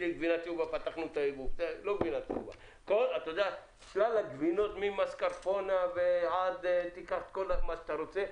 שלל הגבינות, ממסקרפונה ותיקח כל מה שאתה רוצה,